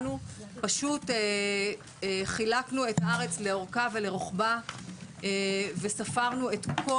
פשוט חילקו את הארץ לאורכה ולרוחבה וספרו את כל